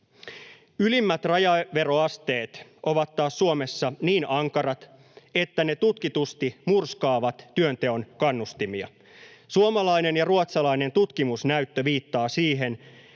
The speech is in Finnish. Ylimmät rajaveroasteet ovat taas Suomessa niin ankarat, että ne tutkitusti murskaavat työnteon kannustimia. Suomalainen ja ruotsalainen tutkimusnäyttö viittaa siihen,